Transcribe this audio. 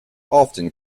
often